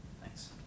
Thanks